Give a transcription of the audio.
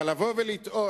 אבל לבוא ולטעון